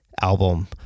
album